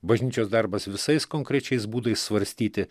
bažnyčios darbas visais konkrečiais būdais svarstyti